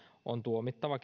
on tuomittava